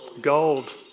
Gold